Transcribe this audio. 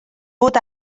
fod